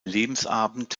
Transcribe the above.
lebensabend